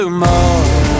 more